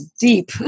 deep